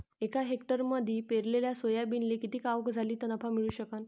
एका हेक्टरमंदी पेरलेल्या सोयाबीनले किती आवक झाली तं नफा मिळू शकन?